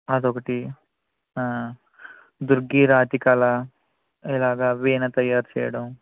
అదొకటి దుర్గి రాతికళ ఇలాగా వీణ తయారు చెయ్యడం